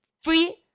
free